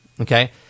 okay